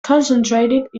concentrated